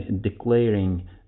declaring